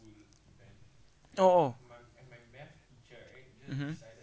oh oh mmhmm